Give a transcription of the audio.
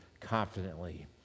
confidently